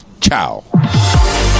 Ciao